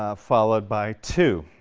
ah followed by two.